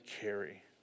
carry